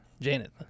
Janet